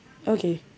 okay